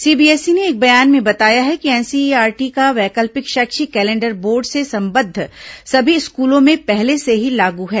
CBSE ने एक बयान में बताया है कि एनसीईआरटी का वैकल्पिक शैक्षिक कैलेंडर बोर्ड से संबद्ध सभी स्कूलों में पहले से ही लागू है